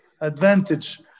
advantage